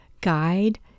guide